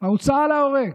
ההוצאה להורג